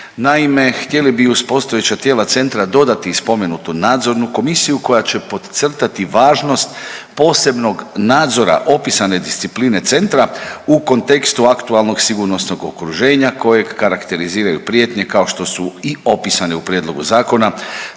Naime, htjeli bi uz postojeća tijela centra dodati i spomenutu nadzornu komisiju koja će podcrtati važnost posebnog nadzora opisane discipline centra u kontekstu aktualnog sigurnosnog okruženja kojeg karakteriziraju prijetnje kao što su i opisane u prijedlogu zakona